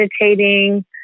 meditating